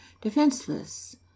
defenseless